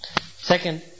Second